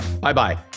Bye-bye